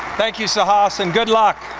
thank you sahas and good luck.